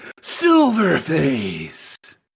Silverface